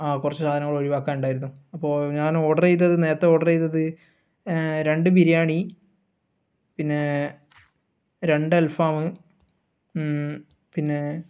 ആ കുറച്ച് സാധനങ്ങൾ ഒഴിവാക്കാൻ ഉണ്ടായിരുന്നു അപ്പോൾ ഞാൻ ഓർഡറ് ചെയ്തത് നേരത്തെ ഓർഡറ് ചെയ്തത് രണ്ട് ബിരിയാണി പിന്നെ രണ്ട് അൽഫാമ് പിന്നെ